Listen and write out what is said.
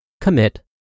Commit